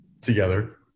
together